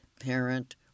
parent